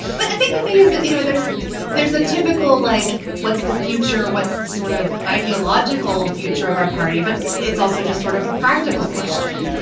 but i think the thing is that, you know, there's there's a typical, like, what's the future? what's the sort of ideological future of our party? but it's also just sort of a practical question.